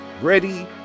ready